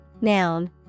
noun